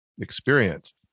experience